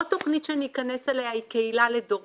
עוד תכנית שאני אכנס אליה היא ''קהילה לדורות',